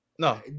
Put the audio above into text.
No